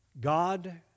God